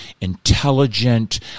intelligent